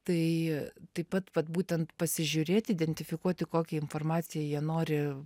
tai taip pat vat būtent pasižiūrėt identifikuoti kokią informaciją jie nori